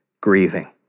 grieving